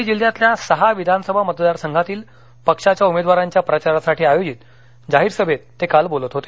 बीड जिल्ह्यातल्या सहा विधानसभा मतदार संघातील पक्षाच्या उमेदवारांच्या प्रचारासाठी आयोजित जाहीर सभेत ते काल बोलत होते